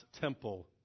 temple